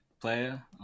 player